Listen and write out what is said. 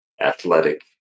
athletic